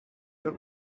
your